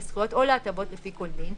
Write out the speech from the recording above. לזכויות או להטבות לפי כל דין,